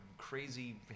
crazy